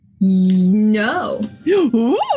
No